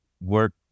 work